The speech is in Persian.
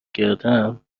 کردم